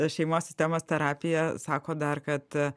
šeimos sistemos terapija sako dar kad